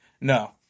No